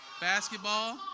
Basketball